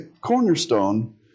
cornerstone